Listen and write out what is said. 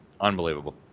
unbelievable